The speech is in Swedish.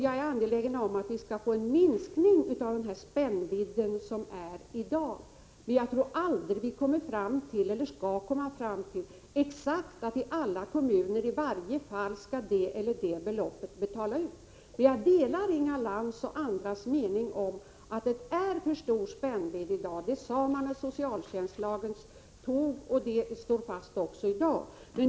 Jag är angelägen om att vi skall få en minskning av den spännvidd som i dag finns, men jag tror aldrig att vi kommer fram till — eller att vi skall komma fram till — att det i alla kommuner i varje enskilt fall skall betalas ut exakt ett visst belopp. Jag delar Inga Lantz och andras mening att det är en för stor spännvidd. Det sades när socialtjänstlagen antogs, och det uttalandet står fast i dag.